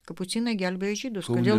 kapucinai gelbėjo žydus kodėl